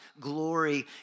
glory